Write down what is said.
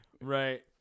right